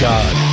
God